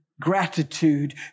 gratitude